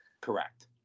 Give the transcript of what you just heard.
Correct